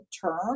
term